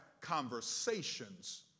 conversations